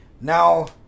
Now